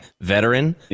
veteran